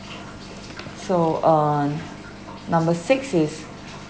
so on number six is